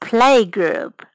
Playgroup